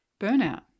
burnout